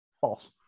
False